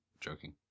joking